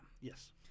Yes